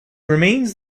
remains